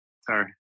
sorry